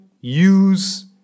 use